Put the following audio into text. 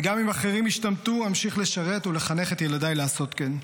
וגם אם אחרים ישתמטו אמשיך לשרת ולחנך את ילדיי לעשות כן.